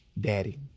Daddy